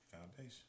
Foundation